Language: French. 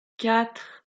quatre